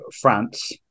France